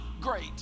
great